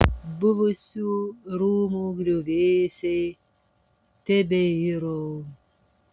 buvusių rūmų griuvėsiai tebeiro